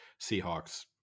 Seahawks